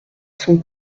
son